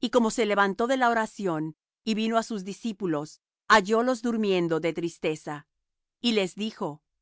y como se levantó de la oración y vino á sus discípulos hallólos durmiendo de tristeza y les dijo